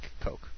Coke